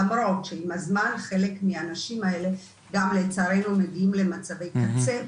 למרות שעם הזמן חלק מהאנשים האלה גם לצערנו מגיעים למצבי קצה,